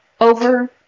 over